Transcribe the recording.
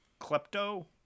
Klepto